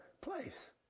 place